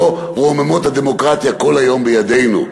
לא רוממות הדמוקרטיה כל היום בגרוננו.